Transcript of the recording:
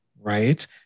Right